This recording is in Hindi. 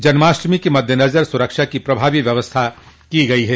जन्माष्टमी के मद्देनज़र सुरक्षा की प्रभावी व्यवस्था की गई है